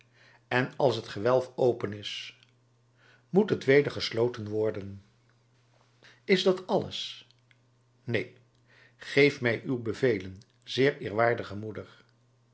en als het gewelf open is moet het weder gesloten worden is dat alles neen geef mij uw bevelen zeer eerwaardige moeder